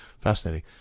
Fascinating